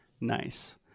Nice